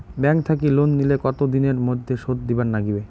Bank থাকি loan নিলে কতো দিনের মধ্যে শোধ দিবার নাগিবে?